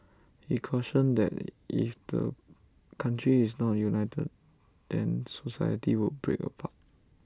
he cautioned that if the country is not united then society would break apart